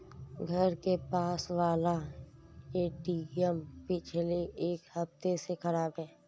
घर के पास वाला एटीएम पिछले एक हफ्ते से खराब है